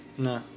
No